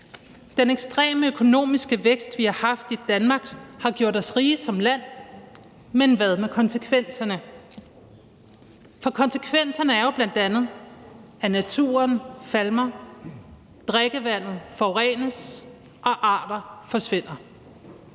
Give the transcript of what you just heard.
Den ekstreme økonomiske vækst, vi har haft i Danmark, har gjort os rige som land, men hvad med konsekvenserne? For konsekvenserne er jo bl.a., at naturen falmer, drikkevandet forurenes og arter forsvinder.